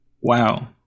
Wow